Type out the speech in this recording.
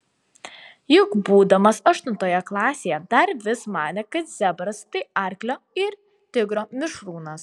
juk būdamas aštuntoje klasėje dar vis manė kad zebras tai arklio ir tigro mišrūnas